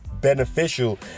beneficial